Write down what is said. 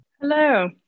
Hello